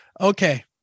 Okay